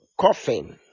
coffin